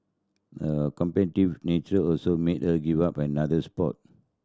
a competitive nature also made her give up another sport